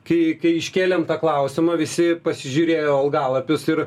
kai kai iškėlėm tą klausimą visi pasižiūrėjo algalapius ir